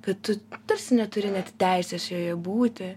kad tu tarsi neturi net teisės joje būti